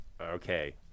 Okay